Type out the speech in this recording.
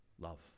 love